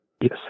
Yes